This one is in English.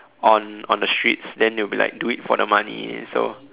on on the streets then they will be like do it for the money so